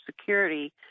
Security